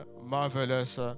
marvelous